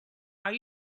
are